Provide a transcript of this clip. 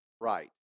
right